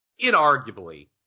inarguably